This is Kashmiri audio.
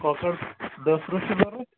کۅکر دَہ ترٕٛہ چھِ ضروٗرت